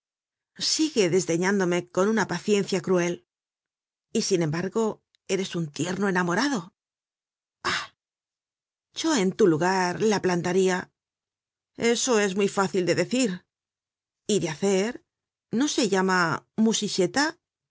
sigue desdeñándome con una paciencia cruel y sin embargo eres un tierno enamorado ah yo en tu lugar la plantaria eso es muy fácil de decir y de hacer no se llama